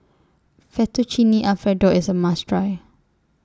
Fettuccine Alfredo IS A must Try